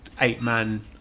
eight-man